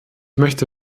möchte